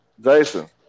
Jason